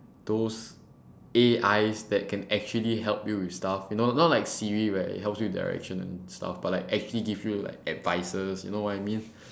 those A_I that can actually help you with stuff you know not like siri right it helps you with direction and stuff but like actually give you like advices you know what I mean